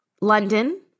London